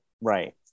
right